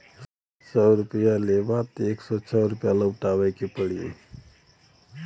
सौ रुपइया लेबा त एक सौ छह लउटाए के पड़ी